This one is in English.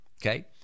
Okay